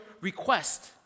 request